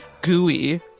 Gooey